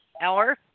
Hour